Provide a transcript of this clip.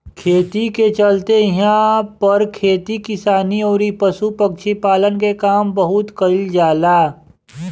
कृषि के चलते इहां पर खेती किसानी अउरी पशु पक्षी पालन के काम बहुत कईल जाला